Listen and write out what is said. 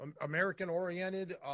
American-oriented